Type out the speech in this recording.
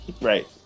Right